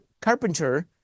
carpenter